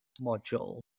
module